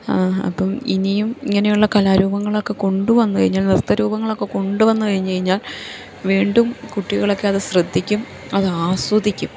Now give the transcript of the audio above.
അപ്പം ഇനിയും ഇങ്ങനെയുള്ള കലാരൂപങ്ങളൊക്കെ കൊണ്ട് വന്ന് കഴിഞ്ഞാൽ നൃത്തരൂപങ്ങളൊക്കെ കൊണ്ട് വന്ന് കഴിഞ്ഞ് കഴിഞ്ഞാൽ വീണ്ടും കുട്ടികളൊക്കെ അത് ശ്രദ്ധിക്കും അത് ആസ്വദിക്കും